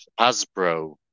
Hasbro